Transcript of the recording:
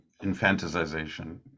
infantilization